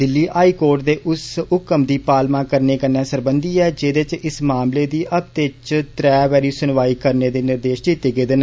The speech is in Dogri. दिल्ली हाई कोर्ट दे उस हुक्म दी पालमा करने कन्नै सरबंधी ऐ जेदे च इस मामले दी हफते दी त्रैह् बारी सुनवाई करने दे निर्देश दिते गेदे न